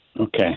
Okay